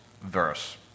verse